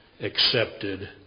accepted